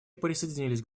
присоединились